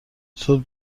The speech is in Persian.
صبح